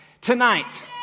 tonight